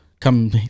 come